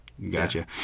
Gotcha